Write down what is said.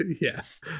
Yes